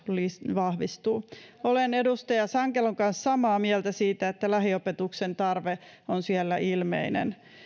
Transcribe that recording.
vahvistuu olen edustaja sankelon kanssa samaa mieltä siitä että lähiopetuksen tarve on siellä ilmeinen